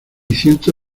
ciento